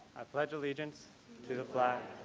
i pledge allegiance to the flag.